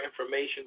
information